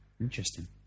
Interesting